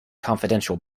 confidential